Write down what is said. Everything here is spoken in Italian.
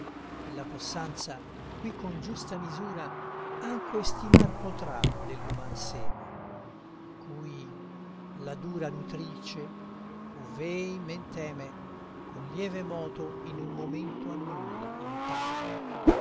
e la possanza qui con giusta misura anco estimar potrà dell'uman seme cui la dura nutrice ov'ei men teme con lieve moto in un momento annulla in parte